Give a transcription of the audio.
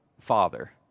Father